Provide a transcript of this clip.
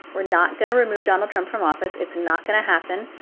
we're not going to remove donald trump from office. it's not going to happen.